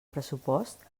pressupost